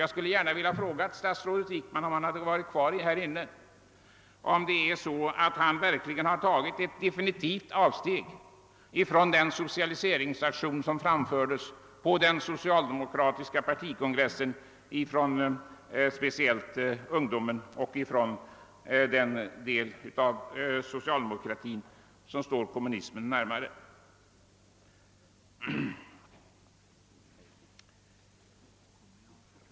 Jag skulle gärna ha velat fråga statsrådet Wickman, om han varit kvar här i kammaren, huruvida han verkligen tagit definitivt avstånd från den socialiseringsaktion på vilken framfördes krav vid den socialdemokratiska partikongressen, speciellt från ungdomen och den del av socialdemokratin som står kommunismen nära.